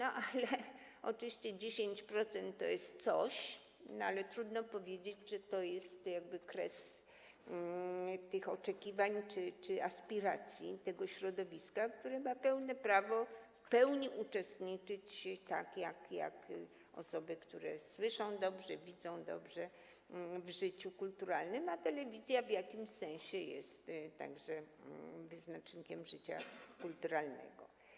Oczywiście 10% to jest coś, ale trudno powiedzieć, czy to jest kres oczekiwań czy aspiracji tego środowiska, które ma prawo w pełni uczestniczyć, tak jak osoby, które słyszą dobrze, widzą dobrze, w życiu kulturalnym, a telewizja w jakimś sensie jest także wyznacznikiem życia kulturalnego.